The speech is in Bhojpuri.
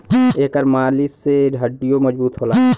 एकर मालिश से हड्डीयों मजबूत होला